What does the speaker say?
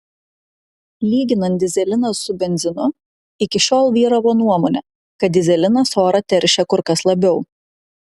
lyginant dyzeliną su benzinu iki šiol vyravo nuomonė kad dyzelinas orą teršia kur kas labiau